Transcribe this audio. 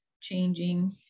changing